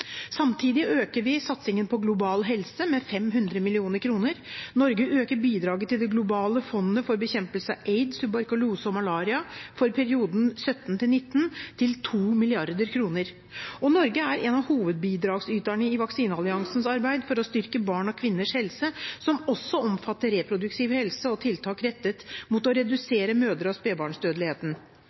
Samtidig øker vi satsingen på global helse med 500 mill. kr. Norge øker bidraget til Det globale fondet for bekjempelse av aids, tuberkulose og malaria for perioden 2017–2019 til 2 mrd. kr. Norge er en av hovedbidragsyterne i Vaksinealliansens arbeid for å styrke barns og kvinners helse, som også omfatter reproduktiv helse og tiltak rettet mot å redusere mødre- og